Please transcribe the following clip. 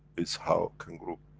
is how can group,